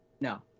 No